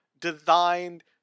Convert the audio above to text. designed